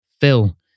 Phil